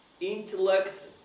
intellect